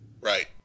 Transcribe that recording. Right